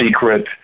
Secret